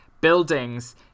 buildings